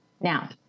Now